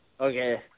Okay